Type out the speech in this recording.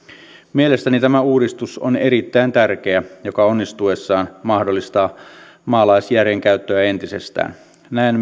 mielestäni tämä uudistus on erittäin tärkeä ja onnistuessaan se mahdollistaa maalaisjärjen käyttöä entisestään näen